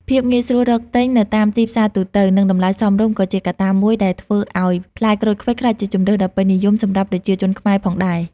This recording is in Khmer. ភាពងាយស្រួលរកទិញនៅតាមទីផ្សារទូទៅ និងតម្លៃសមរម្យក៏ជាកត្តាមួយដែលធ្វើឲ្យផ្លែក្រូចឃ្វិចក្លាយជាជម្រើសដ៏ពេញនិយមសម្រាប់ប្រជាជនខ្មែរផងដែរ។